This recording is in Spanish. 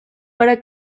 para